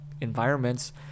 environments